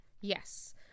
yes